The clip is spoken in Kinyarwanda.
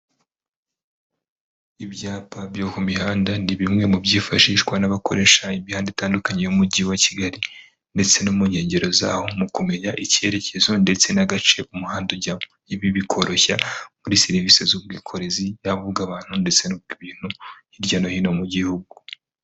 Ibyapa byo ku mihanda ni bimwe mu byifashishwa n'abakoresha imihanda itandukanye y'umujyi wa Kigali ndetse no mu nkengero zawo, mu kumenya icyerekezo ndetse n'agace umuhanda ujyamo. Ibi bikoroshya muri serivise z'ubwikorezi yaba ubw'abantu ndetse n'ubw'ibintu hirya no hino mu gihugu.